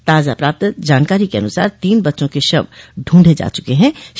ताजा प्राप्त जानकारी के अनुसार तीन बच्चों के शव ढूंढे जा चुके थे